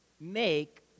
make